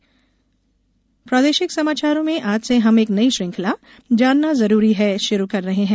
जानना जरूरी है प्रादेशिक समाचारों में आज से हम एक नई श्रृंखला जानना जरूरी है शुरू कर रहे हैं